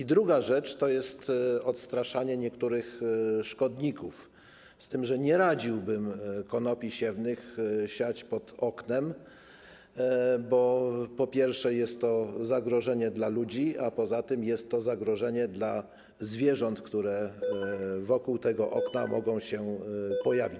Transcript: A druga rzecz to jest odstraszanie niektórych szkodników, z tym że nie radziłbym konopi siewnych siać pod oknem, bo, po pierwsze, jest to zagrożenie dla ludzi, a poza tym jest to zagrożenie dla zwierząt, które wokół tego okna mogą się pojawić.